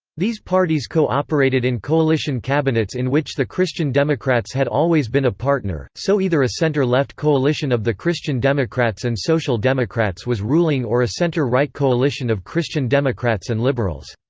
these parties co-operated in coalition cabinets in which the christian democrats had always been a partner so either a centre-left coalition of the christian democrats and social democrats was ruling or a centre-right coalition of christian democrats and liberals.